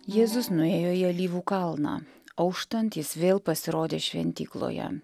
jėzus nuėjo į alyvų kalną auštant jis vėl pasirodė šventykloje